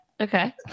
okay